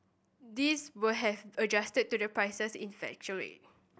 these will have adjusted to the prices in fluctuate